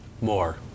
more